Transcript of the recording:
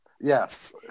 Yes